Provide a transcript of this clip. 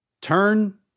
turn